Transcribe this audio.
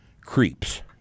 creeps